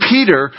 Peter